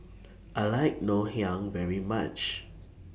I like Ngoh Hiang very much